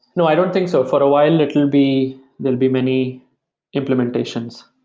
no, i don't think so. for a while, and it will be there will be many implementations.